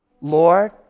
Lord